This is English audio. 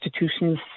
institutions